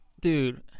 Dude